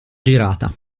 girata